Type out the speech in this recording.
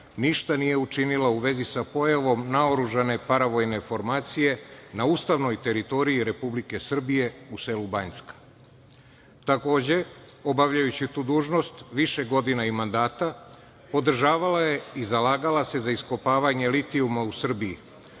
ništa nije učinila u vezi sa pojavom naoružane paravojne formacije na ustavnoj teritoriji Republike Srbije u selu Banjska. Takođe, obavljajući tu dužnost više godina i mandata podržavala je i zalagala se za iskopavanje litijuma u Srbiji,